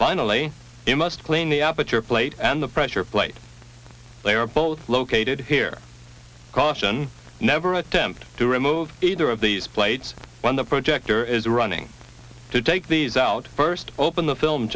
finally in must clean the aperture plate and the pressure plate they are both located here caution never attempt to remove either of these plates when the projector is running to take these out first open the film